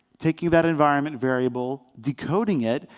taking that environment variable, decoding it,